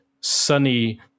sunny